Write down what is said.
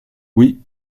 oui